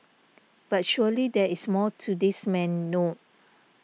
but surely there is more to this man no